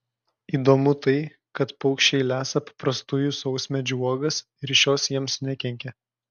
įdomu tai kad paukščiai lesa paprastųjų sausmedžių uogas ir šios jiems nekenkia